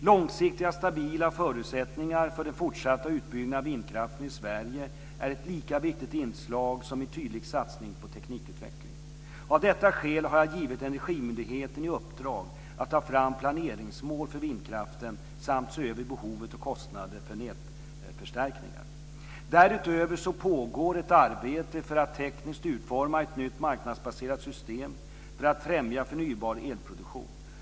Långsiktiga stabila förutsättningar för en fortsatt utbyggnad av vindkraften i Sverige är ett lika viktigt inslag som en tydlig satsning på teknikutveckling. Av detta skäl har jag givit Energimyndigheten i uppdrag att ta fram planeringsmål för vindkraften samt se över behov och kostnader för nätförstärkningar. Därutöver pågår ett arbete för att tekniskt utforma ett nytt marknadsbaserat system för att främja förnybar elproduktion.